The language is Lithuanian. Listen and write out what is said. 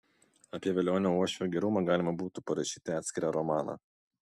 apie velionio uošvio gerumą galima būtų parašyti atskirą romaną